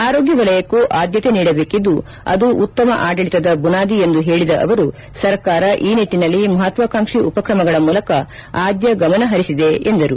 ಆರೋಗ್ಯ ವಲಯಕ್ಕೂ ಆದ್ಯತೆ ನೀಡಬೇಕಿದ್ದು ಅದು ಉತ್ತಮ ಆಡಳಿತದ ಬುನಾದಿ ಎಂದು ಹೇಳಿದ ಅವರು ಸರ್ಕಾರ ಈ ನಿಟ್ಟಿನಲ್ಲಿ ಮಹತ್ವಾಕಾಂಕ್ಷಿ ಉಪಕ್ರಮಗಳ ಮೂಲಕ ಆದ್ಯ ಗಮನ ಹರಿಸಿದೆ ಎಂದರು